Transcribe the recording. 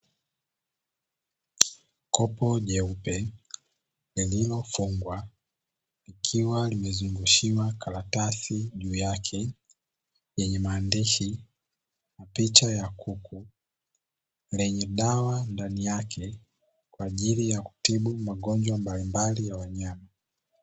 Kopo jeupe lililofungwa, likiwa limezungushiwa karatasi juu yake, yenye maandishi na picha ya kuku, lenye dawa ndani yake kwa ajili ya kutibu magonjwa mbalimbali ya wanyama.